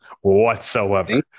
whatsoever